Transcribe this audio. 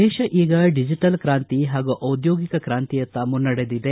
ದೇಶ ಈಗ ಡಿಜೆಟಲ್ ಕಾಂತಿ ಹಾಗೂ ಡಿದ್ಲೋಗಿಕ ಕಾಂತಿಯತ್ತ ಮುನ್ನಡೆದಿದೆ